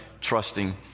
trusting